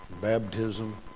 Baptism